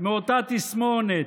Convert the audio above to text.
מאותה תסמונת.